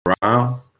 Brown